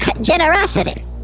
generosity